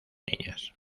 niñas